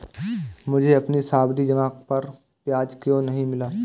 मुझे अपनी सावधि जमा पर ब्याज क्यो नहीं मिला?